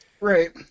Right